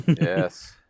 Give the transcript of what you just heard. Yes